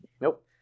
Nope